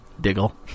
Diggle